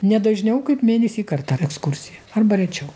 ne dažniau kaip mėnesį kartą ekskursija arba rečiau